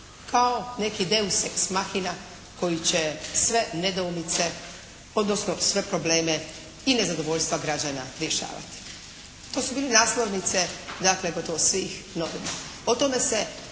kao neki deus es machina koji će sve nedoumice, odnosno sve probleme i nezadovoljstva građana rješavati. To su bile naslovnice dakle gotovo svih novina.